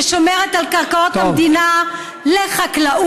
ששומרת על קרקעות המדינה לחקלאות,